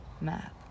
math